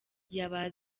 yaba